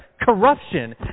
corruption